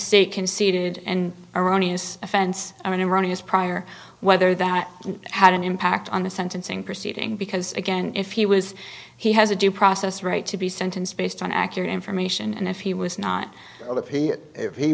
state conceded and erroneous offense or iranians prior whether that had an impact on the sentencing proceeding because again if he was he has a due process right to be sentenced based on accurate information and if he was not